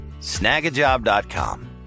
Snagajob.com